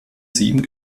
sieben